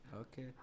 Okay